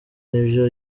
n’ibyo